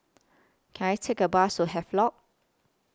Can I Take A Bus to Havelock